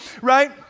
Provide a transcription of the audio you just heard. right